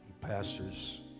pastors